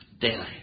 daily